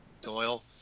Doyle